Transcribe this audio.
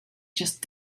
just